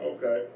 Okay